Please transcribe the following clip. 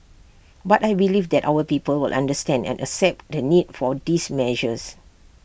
but I believe that our people will understand and accept the need for these measures